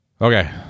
okay